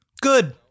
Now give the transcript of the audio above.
good